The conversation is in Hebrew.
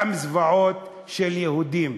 גם זוועות של יהודים,